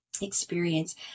experience